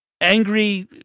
angry